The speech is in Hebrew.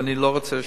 ואני לא רוצה לשמוע.